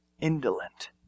indolent